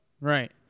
Right